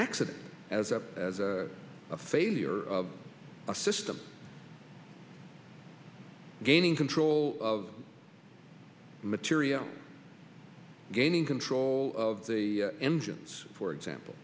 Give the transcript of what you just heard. accident as a as a failure of a system gaining control of material gaining control of the engines for example